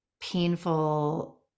painful